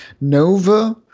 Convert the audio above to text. Nova